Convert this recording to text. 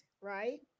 right